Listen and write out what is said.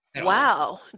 Wow